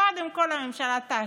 קודם כול הממשלה תעשה,